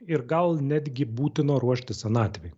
ir gal netgi būtina ruoštis senatvei